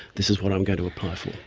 this is what i'm going to apply for.